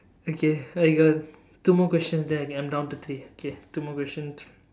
okay I got two more questions then okay I'm down to three okay two more questions